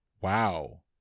Wow